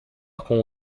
com